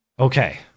Okay